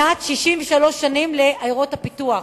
63 שנים לעיירות הפיתוח.